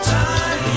time